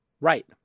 Right